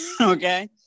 Okay